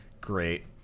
Great